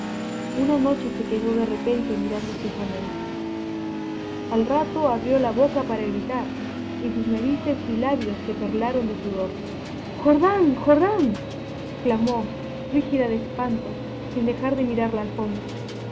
una noche se quedó de repente mirando fijamente al rato abrió la boca para gritar y sus narices y labios se perlaron de sudor jordán jordán clamó rígida de espanto sin dejar de mirar la alfombra